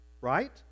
right